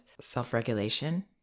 self-regulation